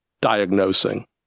diagnosing